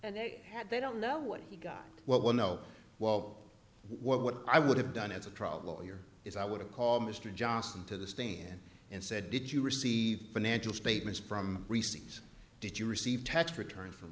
and they had they don't know what he got well no well what i would have done as a trial lawyer is i would have called mr johnson to the stand and said did you receive financial statements from receipts did you receive tax return from